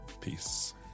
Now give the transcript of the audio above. peace